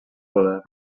poder